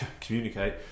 communicate